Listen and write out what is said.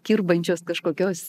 kirbančios kažkokios